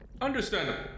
Understandable